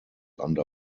under